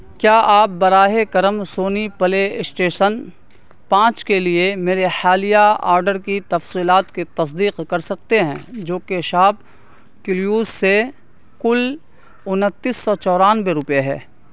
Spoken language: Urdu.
کیا آپ براہ کرم سونی پلے اشٹیشن پانچ کے لیے میرے حالیہ آڈر کی تفصیلات کی تصدیق کر سکتے ہیں جوکہ شاپکلیوز سے کل انتیس سو چورانوے روپئے ہے